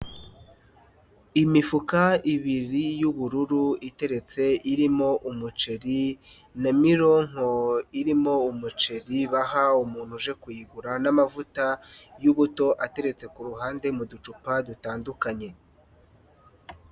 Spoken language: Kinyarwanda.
Imifuka ibiri y'ubururu iteretse irimo umuceri n'amironko irimo umuceri baha umuntu uje kuyigura n'amavuta y'ubuto ateretse ku ruhande mu ducupa dutandukanye.